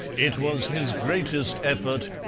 it was his greatest effort,